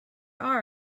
are